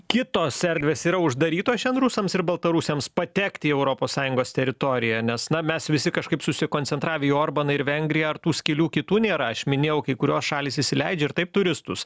kitos erdvės yra uždarytos šiandien rusams ir baltarusiams patekti į europos sąjungos teritoriją nes na mes visi kažkaip susikoncentravę į orbaną ir vengriją ar tų skylių kitų nėra aš minėjau kai kurios šalys įsileidžia ir taip turistus